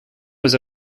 was